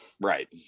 Right